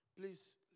Please